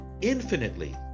infinitely